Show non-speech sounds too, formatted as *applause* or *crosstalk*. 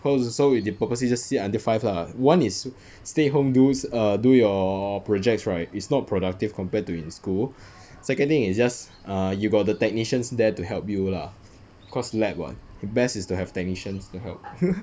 close so we de~ purposely just sit until five lah one is stay home do err do your projects right is not productive compared to in school second thing is just err you got the technicians there to help you lah cause lab [what] best is to have technicians to help *laughs*